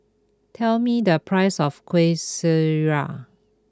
tell me the price of Kuih Syara